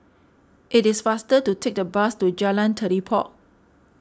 it is faster to take the bus to Jalan Telipok